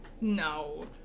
No